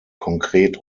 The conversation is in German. konkret